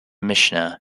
mishnah